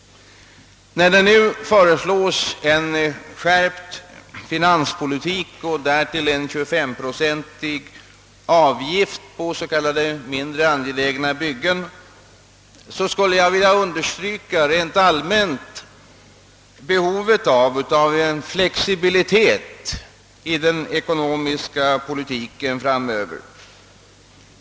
När regeringen nu föreslår en skärpt finanspolitik och därtill en 25-procentig avgift på s.k. mindre angelägna byggen skulle jag rent allmänt vilja understryka behovet av en flexibilitet i den ekonomiska politiken i framtiden.